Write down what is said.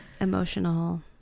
emotional